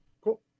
cool